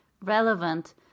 relevant